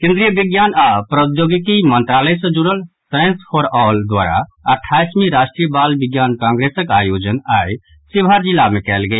केन्द्रीय विज्ञान आ प्रोद्यौगिकी मंत्रालय सँ जुड़ल साईंस फॉर ऑल द्वारा अट्ठाईसवीं राष्ट्रीय बाल विज्ञान कांग्रेसक आयोजन आई शिवहर जिला मे कयल गेल